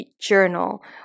journal